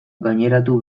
gaineratu